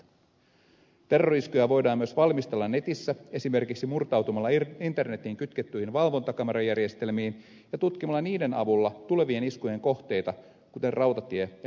terrori iskuja voidaan myös valmistella netissä esimerkiksi murtautumalla internetiin kytkettyihin valvontakamerajärjestelmiin ja tutkimalla niiden avulla tulevien iskujen kohteita kuten rautatie ja lentoasemia